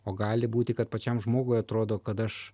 o gali būti kad pačiam žmogui atrodo kad aš